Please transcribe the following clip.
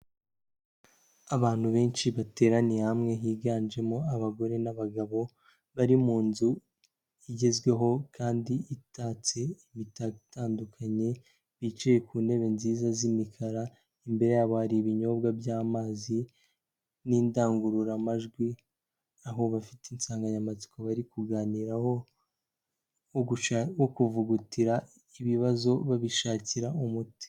Abantu benshi bateraniye hamwe, higanjemo abagore n'abagabo, bari mu nzu igezweho kandi itatse imitako ibitandukanye, bicaye ku ntebe nziza z'imikara, imbere yabo hari ibinyobwa by'amazi n'indangururamajwi, aho bafite insanganyamatsiko bari kuganiraho, nko kuvugutira ibibazo babishakira umuti.